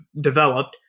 developed